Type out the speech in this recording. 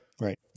Right